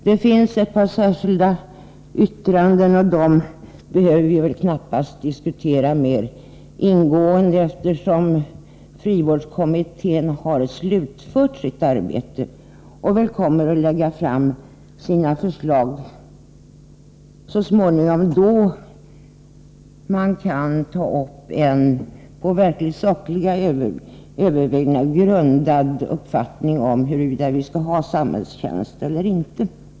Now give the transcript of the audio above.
Det finns dock ett par särskilda yttranden, men dessa behöver vi knappast diskutera mer ingående, eftersom frivårdskommittén har slutfört sitt arbete och så småningom kommer att lägga fram sina förslag. Då kan vi verkligen på sakliga grunder ta upp frågan om huruvida vi skall ha samhällstjänst eller inte.